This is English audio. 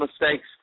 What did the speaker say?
mistakes